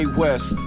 west